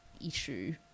issue